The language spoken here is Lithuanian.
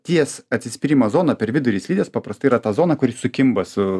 ties atsispyrimo zona per vidurį slidės paprastai yra ta zona kuri sukimba su